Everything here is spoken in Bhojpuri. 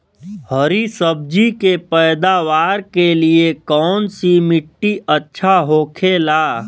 हरी सब्जी के पैदावार के लिए कौन सी मिट्टी अच्छा होखेला?